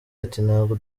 ati”ntabwo